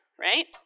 right